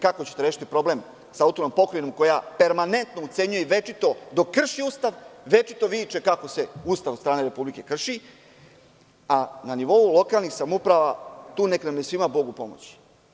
Kako ćete rešiti problem sa AP koja permanentno ucenjuje i večito dok krši Ustav večito viče kako se Ustav od strane republike krši, a na nivou lokalnih samouprava tu neka nam je svima Bog u pomoći.